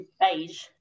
beige